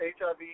HIV